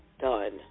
done